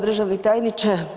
Državni tajniče.